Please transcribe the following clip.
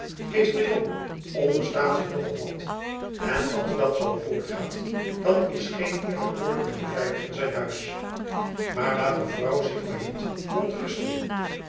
jan onderstaat zich nog al wat en als dat zoo voortgaat dan is geen eerlijk poorter meer veilig in zijn huis maar laat mevrouw zich maar niet verontrusten